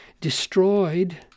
destroyed